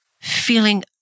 feeling